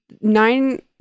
nine